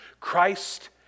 Christ